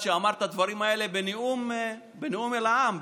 שאמר את הדברים האלה בנאום אל העם,